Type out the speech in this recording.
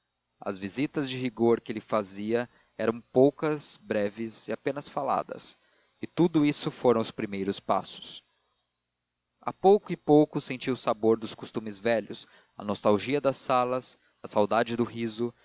as visitas de rigor que ele fazia eram poucas breves e apenas faladas e tudo isso foram os primeiros passos a pouco e pouco sentiu o sabor dos costumes velhos a nostalgia das salas a saudade do riso